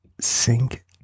Sink